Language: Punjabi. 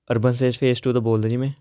ਅਰਬਨ ਸਟੇਟ ਫੇਸ ਟੂ ਤੋਂ ਬੋਲਦਾ ਜੀ ਮੈਂ